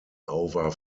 over